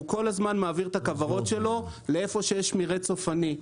הוא כל הזמן מעביר את הכוורות שלו לאיפה שיש מרעה צופני.